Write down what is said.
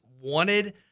wanted